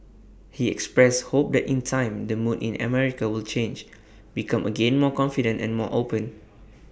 he expressed hope that in time the mood in America will change become again more confident and more open